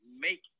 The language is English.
make